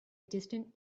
distant